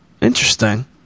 Interesting